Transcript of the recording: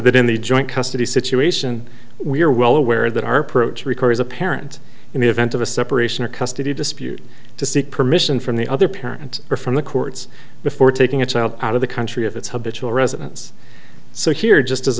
the joint custody situation we are well aware that our approach requires a parent in the event of a separation or custody dispute to seek permission from the other parent or from the courts before taking a child out of the country if it's habitual residence so here just as